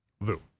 Vu